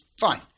Fine